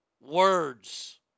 words